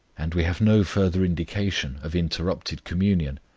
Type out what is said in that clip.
and we have no further indication of interrupted communion,